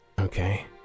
Okay